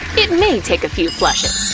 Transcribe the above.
it may take a few flushes.